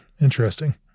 Interesting